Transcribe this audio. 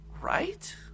right